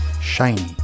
shiny